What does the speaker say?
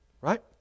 Right